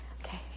Okay